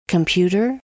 Computer